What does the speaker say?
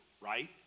right